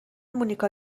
مونیکا